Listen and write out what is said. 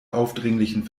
aufdringlichen